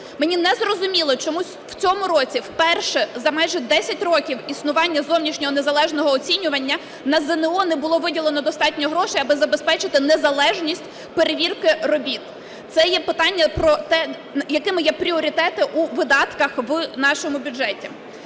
Мені незрозуміло, чому в цьому році вперше за майже 10 років існування зовнішнього незалежного оцінювання на ЗНО не було виділено достатньо грошей, аби забезпечити незалежність перевірки робіт. Це є питання про те, якими є пріоритети у видатках в нашому бюджеті.